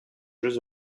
jeux